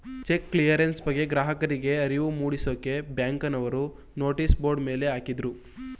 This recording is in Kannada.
ಚೆಕ್ ಕ್ಲಿಯರೆನ್ಸ್ ಬಗ್ಗೆ ಗ್ರಾಹಕರಿಗೆ ಅರಿವು ಮೂಡಿಸಕ್ಕೆ ಬ್ಯಾಂಕ್ನವರು ನೋಟಿಸ್ ಬೋರ್ಡ್ ಮೇಲೆ ಹಾಕಿದ್ರು